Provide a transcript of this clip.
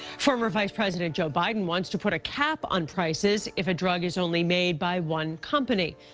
former vice president joe biden wants to put a cap on prices if a drug is only made by one company.